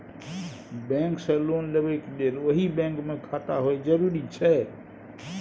Bank से loan लेबै के लेल वही बैंक मे खाता होय जरुरी छै?